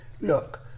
look